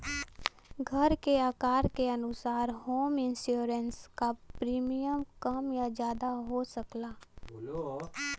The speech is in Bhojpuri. घर के आकार के अनुसार होम इंश्योरेंस क प्रीमियम कम या जादा हो सकला